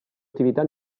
attività